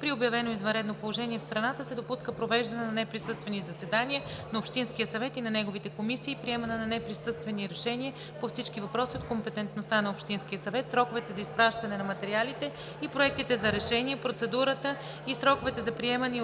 при обявено извънредно положение в страната се допуска провеждане на неприсъствени заседания на общинския съвет и на неговите комисии и приемане на неприсъствени решения по всички въпроси от компетентността на общинския съвет. Сроковете за изпращане на материалите и проектите за решения, процедурата и сроковете за приемане и